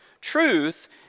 Truth